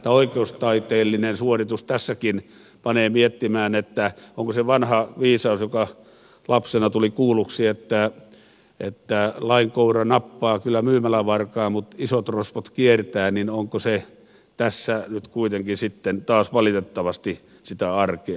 tämä oikeustaiteellinen suoritus tässäkin panee miettimään onko se vanha viisaus joka lapsena tuli kuulluksi että lain koura nappaa kyllä myymälävarkaan mutta isot rosvot kiertää tässä nyt kuitenkin sitten taas valitettavasti sitä arkea